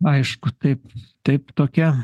aišku taip taip tokia